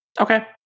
okay